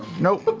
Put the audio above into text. nope.